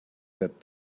that